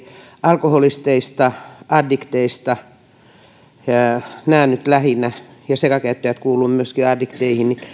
alkoholisteista addikteista nämä nyt lähinnä ja sekakäyttäjät kuuluvat myöskin addikteihin